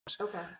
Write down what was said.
Okay